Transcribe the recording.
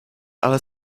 ale